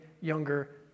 younger